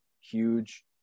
huge